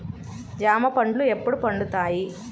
జామ పండ్లు ఎప్పుడు పండుతాయి?